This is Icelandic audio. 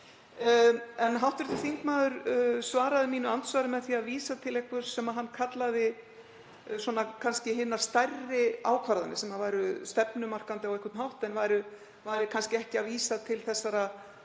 vani. Hv. þingmaður svaraði mínu andsvari með því að vísa til einhvers sem hann kallaði svona hinar stærri ákvarðanir sem væru stefnumarkandi á einhvern hátt en væri kannski ekki að vísa til þessara,